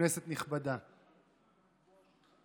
כנסת נכבדה, באמת,